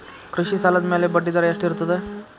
ಕೃಷಿ ಸಾಲದ ಮ್ಯಾಲೆ ಬಡ್ಡಿದರಾ ಎಷ್ಟ ಇರ್ತದ?